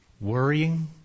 worrying